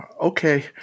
okay